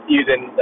using